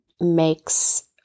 makes